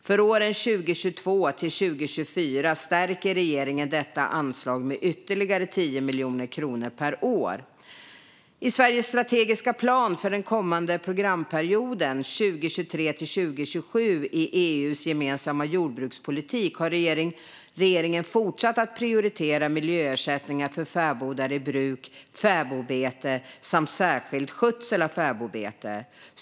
För åren 2022-2024 stärker regeringen detta anslag med ytterligare 10 miljoner kronor per år. I Sveriges strategiska plan för den kommande programperioden, 2023-2027, i EU:s gemensamma jordbrukspolitik har regeringen fortsatt att prioritera miljöersättningar för fäbodar i bruk, fäbodbete samt särskild skötsel av fäbodbete.